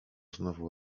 znowu